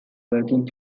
working